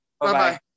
Bye-bye